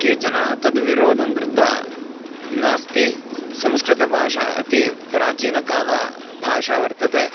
केचन तद् विरोधं कृत्वा नास्ति संस्कृतभाषा अति प्राचीनकाली भाषा वर्तते